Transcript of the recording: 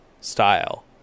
Style